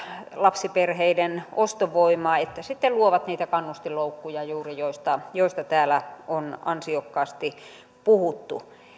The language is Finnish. lapsiperheiden ostovoimaa että luovat juuri niitä kannustinloukkuja joista joista täällä on ansiokkaasti puhuttu